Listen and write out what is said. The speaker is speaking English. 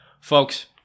Folks